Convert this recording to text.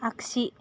आगसि